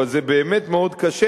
אבל זה באמת מאוד קשה,